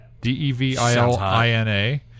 D-E-V-I-L-I-N-A